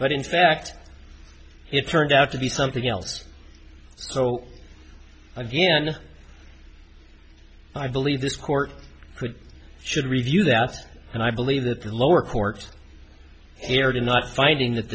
but in fact it turned out to be something else so i view and i believe this court should review that and i believe that the lower court erred in not finding that